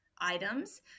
items